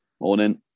morning